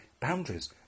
boundaries